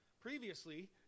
previously